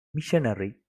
missionary